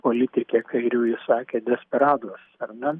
politikė kairiųjų sakė desperados ar ne